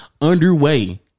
underway